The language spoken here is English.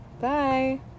Bye